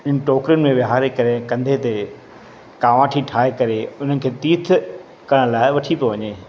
इन टोकरियुनि में विहारे करे कंधे ते तवाटी ठाहे करे उन ते तीर्थ करण लाइ वठी पियो वञे